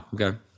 Okay